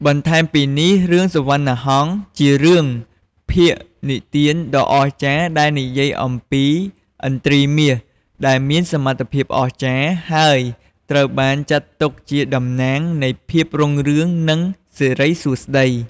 បន្ថែមពីនេះ រឿង សុវណ្ណាហង្សជារឿងភាគនិទានដ៏អស្ចារ្យដែលនិយាយអំពី ឥន្ទ្រីមាស ដែលមានសមត្ថភាពអស្ចារ្យ ហើយត្រូវបានចាត់ទុកជាតំណាងនៃភាពរុងរឿង និងសិរីសួស្ដី។